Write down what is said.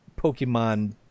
Pokemon